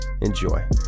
Enjoy